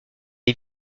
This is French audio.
les